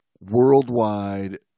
worldwide